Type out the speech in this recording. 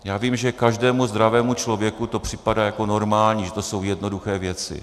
Já vím, že každému zdravému člověku to připadá jako normální, že to jsou jednoduché věci.